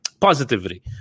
positivity